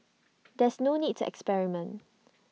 there's no need to experiment